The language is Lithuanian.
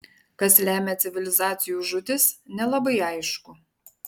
kas lemia civilizacijų žūtis nelabai aišku